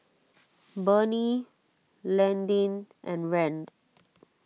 Bernie Landyn and Rand